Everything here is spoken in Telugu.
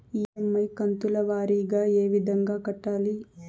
ఇ.ఎమ్.ఐ కంతుల వారీగా ఏ విధంగా కట్టాలి